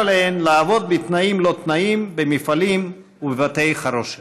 עליהן לעבוד בתנאים לא תנאים במפעלים ובבתי חרושת.